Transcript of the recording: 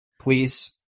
please